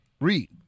Read